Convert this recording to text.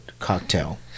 cocktail